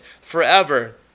forever